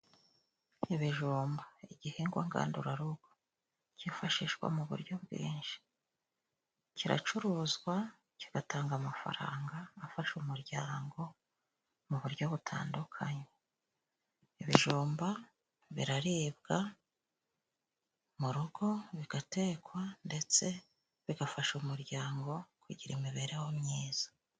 Ibijumba. igihingwa ngandurarugo cyifashishwa mu buryo bwinshi: kiracuruzwa kigatanga amafaranga afasha umuryango mu buryo butandukanye. Ibijumba biraribwa, mu rugo bigatekwa ndetse bigafasha umuryango kugira imibereho myiza.